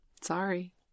sorry